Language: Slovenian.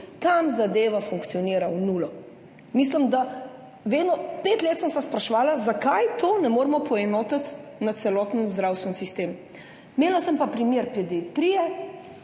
Tam zadeva funkcionira v nulo, mislim, da vedno. 5 let sem se spraševala, zakaj to ne moremo poenotiti na celoten zdravstveni sistem. Imela sem pa primer